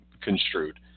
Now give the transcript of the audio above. construed